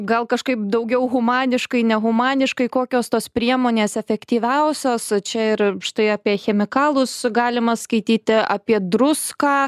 gal kažkaip daugiau humaniškai nehumaniškai kokios tos priemonės efektyviausios čia ir štai apie chemikalus galima skaityti apie druską